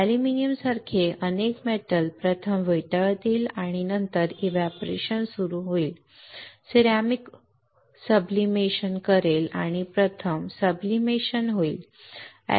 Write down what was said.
अॅल्युमिनियमसारखे अनेक धातू प्रथम वितळतील आणि नंतर बाष्पीभवन सुरू करा जेव्हा सिरॅमिक्स सब्लिमेशन करेल प्रथम सब्लिमेशन होईल